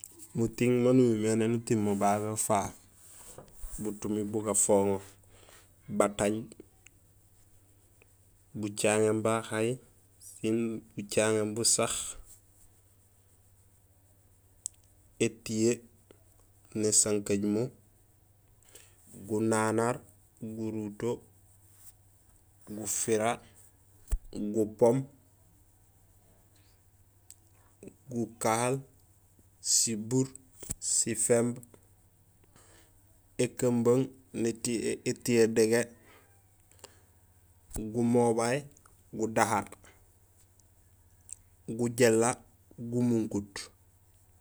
Muting maan umimé éni uting babé ufaak butumi bu gafoŋo: batanj, bucaŋéén bahay sin bucaŋéén busa étiyee nésankajumo gunanar guruto gufira gupoom gukahal sibuur siféémb ékumbung étiyee dégé gumobay gudahaar gujééla gumunkut.